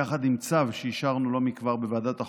יחד עם צו שאישרנו לא מכבר בוועדת החוקה,